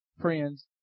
friends